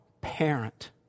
parent